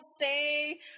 say